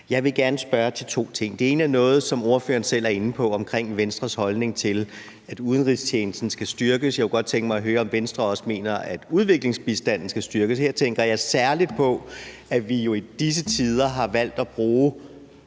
Jeg vil gerne spørge til to ting. Det ene er noget, som ordføreren selv er inde på med hensyn til Venstres holdning til, at udenrigstjenesten skal styrkes. Jeg kunne godt tænke mig at høre, om Venstre også mener, at udviklingsbistanden skal styrkes. Her tænker jeg særlig på, at vi jo i disse tider har valgt at bruge